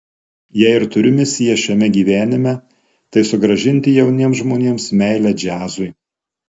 jei ir turiu misiją šiame gyvenime tai sugrąžinti jauniems žmonėms meilę džiazui